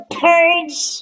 purge